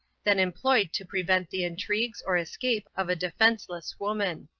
than employed to prevent the intrigues or escape of a defenceless woman.